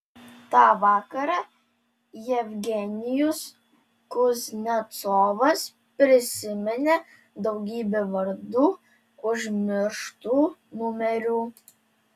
tą vakarą jevgenijus kuznecovas prisiminė daugybė vardų užmirštų numerių